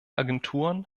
agenturen